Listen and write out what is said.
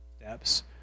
steps